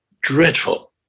dreadful